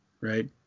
right